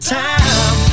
time